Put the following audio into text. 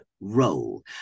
role